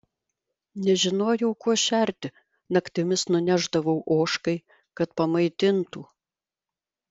nežinojau kuo šerti naktimis nunešdavau ožkai kad pamaitintų